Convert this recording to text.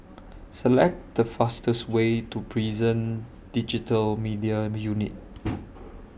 Select The fastest Way to Prison Digital Media Unit